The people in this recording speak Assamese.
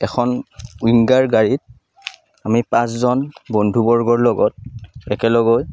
এখন উইনগাৰ গাড়ীত আমি পাঁচজন বন্ধুবৰ্গৰ লগত একেলগ হৈ